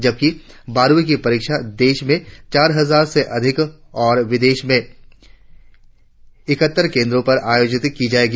जबकि बारहवीं की परीक्षाये देश में चार हजार से अधिक और विदेशों में ईकहत्तर केंद्रों पर आयोजित की जायेगी